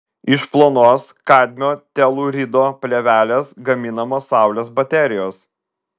iš plonos kadmio telūrido plėvelės gaminamos saulės baterijos